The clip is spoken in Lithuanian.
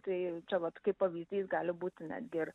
tai čia vat kaip pavyzdys gali būti netgi ir